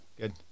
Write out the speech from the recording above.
Good